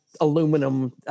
aluminum